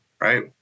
Right